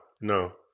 no